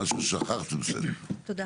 תודה.